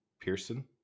Pearson